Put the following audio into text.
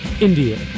India